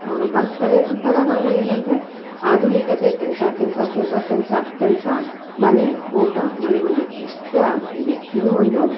ಅವರು ಬರ್ತಾರೆ ಒಂಥರ ನಾವು ಏನು ಅಂದರೆ ಆಧುನಿಕತೆ ಕೆಲಸ ಕೆಲಸ ಕೆಲಸ ಕೆಲಸ ಕೆಲಸ ಮನೆ ಊಟ ಮಲಗೋದು ಇಷ್ಟೇ ಆಗ್ಬಿಟ್ಟಿದೆ ಇದು ಒಂದು